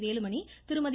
Velumani Thirumathi